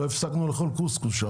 לא הפסקנו לאכול שם קוסקוס,